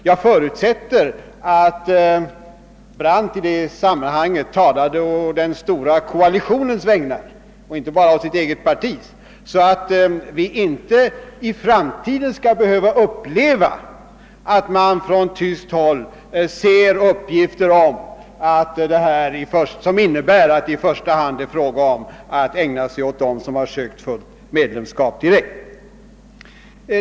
Jag förutsätter att utrikesminister Brandt i detta sammanhang talade å den stora koalitionens vägnar och inte bara å sitt eget partis, så att vi inte i framtiden skall behöva få se tyska uttalanden om att det i första hand blir fråga om att ägna sig åt de länder som har sökt fullt medlemskap direkt.